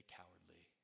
cowardly